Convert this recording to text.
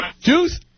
Juice